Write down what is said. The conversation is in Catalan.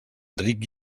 ric